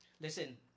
Listen